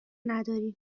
نداری